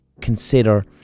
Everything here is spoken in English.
consider